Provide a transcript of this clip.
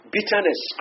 Bitterness